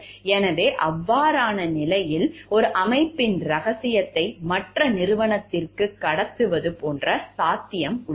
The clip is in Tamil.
எனவே அவ்வாறான நிலையில் ஒரு அமைப்பின் இரகசியத்தை மற்ற நிறுவனத்திற்கு கடத்துவது போன்ற சாத்தியம் உள்ளது